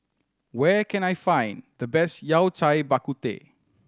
where can I find the best Yao Cai Bak Kut Teh